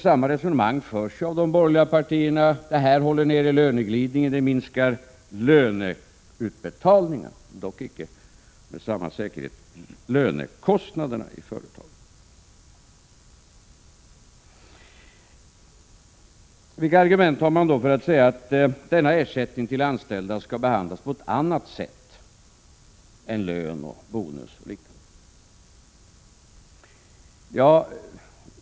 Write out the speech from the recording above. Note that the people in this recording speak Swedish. Samma resonemang förs av de borgerliga partierna: Detta håller nere löneglidningen och minskar löneutbetalningarna. Lönekostnaderna i företaget minskar dock icke med samma säkerhet. Vilka argument för man då fram för att denna ersättning till anställda skall behandlas på ett annat sätt än lön, bonus och liknande?